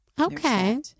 okay